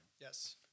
Yes